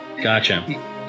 gotcha